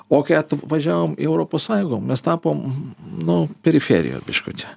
o kai atvažiavom į europos sąjungą mes tapom nu periferijoj biškutį